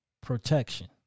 protection